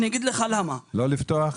לא פתוח?